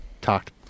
talked